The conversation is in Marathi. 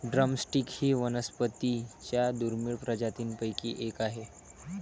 ड्रम स्टिक ही वनस्पतीं च्या दुर्मिळ प्रजातींपैकी एक आहे